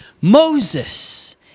Moses